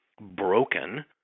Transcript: broken –